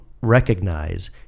recognize